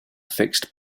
fixed